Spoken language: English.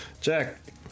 Jack